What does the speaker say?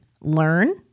learn